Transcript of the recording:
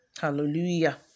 Hallelujah